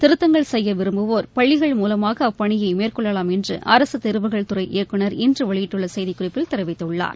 திருத்தங்கள் செய்ய விரும்புவோர் பள்ளிகள் மூலமாக அப்பணியை மேற்கொள்ளலாம் என்று அரசு தேர்வுகள் துறை இயக்குனர் இன்று வெளியிட்டுள்ள செய்திக்குறிப்பில் தெரிவித்துள்ளார்